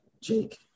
Jake